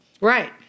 Right